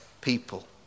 people